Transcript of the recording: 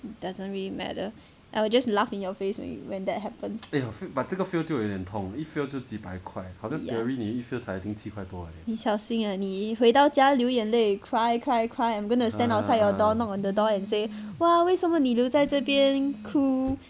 it doesn't really matter I will just laugh in your face when you when that happens ya 你小心 ah 你回到家流眼泪 cry cry cry I'm gonna stand outside your door knock on the door and say !wah! 为什么你留在这边哭